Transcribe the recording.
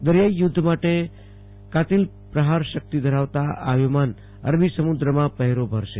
દરિયાઈ યુધ્ધ માટે પ્રહાર શકિત ધરાવતા આ વિમાન અરબી સમુદ્રમાં પહેરો ભરશે